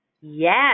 Yes